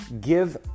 give